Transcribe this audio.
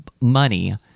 money